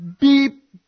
Beep